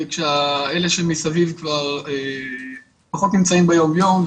כשאלה שמסביב פחות נמצאים ביום ביום,